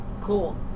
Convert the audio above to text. Cool